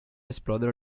esplodere